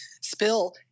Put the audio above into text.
spill